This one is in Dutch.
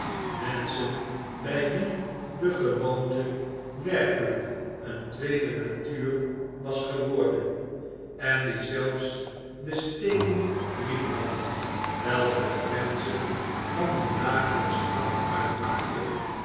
menschen bij wien de gewoonte werkt lijk eene tweede natuur was geworden en die zelfs de steenen liefhadden welke de grenzen van hun dagelijkschen gang uitmaakten